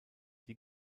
die